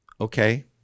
Okay